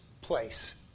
place